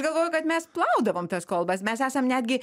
galvoju kad mes plaudavom tas kolbas mes esam netgi